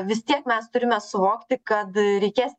vis tiek mes turime suvokti kad reikės